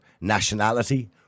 nationality